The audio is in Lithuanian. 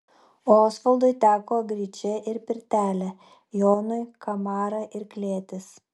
osvaldui teko gryčia ir pirtelė jonui kamara ir klėtis